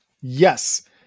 Yes